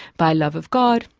by love of god,